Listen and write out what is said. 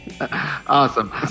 Awesome